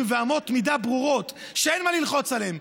ואמות מידה ברורות שאין ללחוץ עליהן,